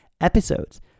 episodes